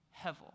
hevel